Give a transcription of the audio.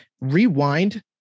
rewind